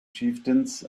chieftains